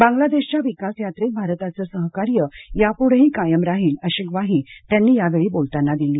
बांगलादेशच्या विकास यात्रेत भारताचं सहकार्य या पुढेही कायम राहील अशी ग्वाही मोदी यांनी यावेळी बोलताना दिली